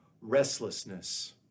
restlessness